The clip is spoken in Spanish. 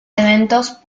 eventos